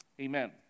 Amen